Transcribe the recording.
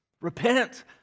Repent